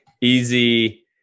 easy